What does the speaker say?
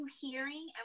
hearing